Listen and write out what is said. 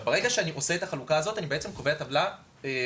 ברגע שאני עושה את החלוקה הזאת אני בעצם קובע טבלה נורמלית.